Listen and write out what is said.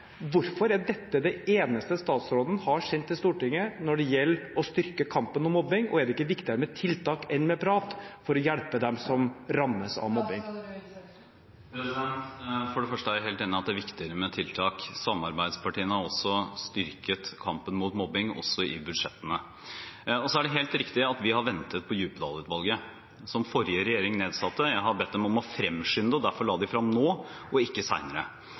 Hvorfor er dette det eneste statsråden har sendt til Stortinget når det gjelder å styrke kampen mot mobbing? Og er det ikke viktigere med tiltak enn med prat for å hjelpe dem som rammes av mobbing? For det første er jeg helt enig i at det er viktigere med tiltak. Samarbeidspartiene har også styrket kampen mot mobbing i budsjettene. Det er helt riktig at vi har ventet på Djupedal-utvalget, som forrige regjering nedsatte. Jeg har bedt dem om å fremskynde, og derfor la de frem utredningen nå, og ikke